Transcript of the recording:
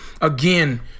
again